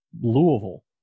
louisville